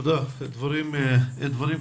תודה, דברים קשים.